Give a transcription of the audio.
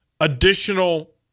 additional